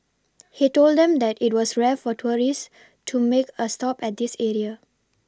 he told them that it was rare for tourists to make a stop at this area